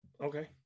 Okay